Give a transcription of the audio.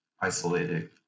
isolated